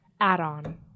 add-on